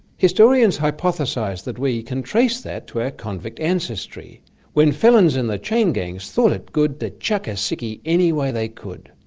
historians hypothesise that we can trace that to our convict ancestry when felons in the chain gangs thought it good to chuck a sickie any way they could.